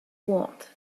want